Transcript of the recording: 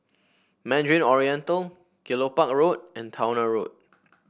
Mandarin Oriental Kelopak Road and Towner Road